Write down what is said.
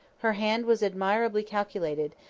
her hand was admirably calculated,